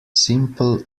simple